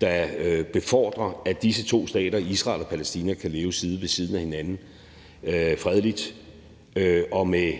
der befordrer, at disse to stater, Israel og Palæstina, kan leve side om side ved siden af hinanden, fredeligt og med